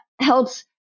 helps